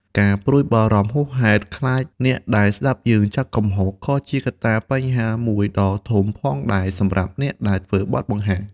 ការព្រួយបារម្ភហួសហេតុខ្លាចអ្នកដែលស្តាប់យើងចាប់កំហុស ក៏ជាកត្តាបញ្ហាមួយដ៏ធំផងដែរសម្រាប់អ្នកដែលធ្វើបទបង្ហាញ។